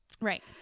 Right